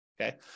okay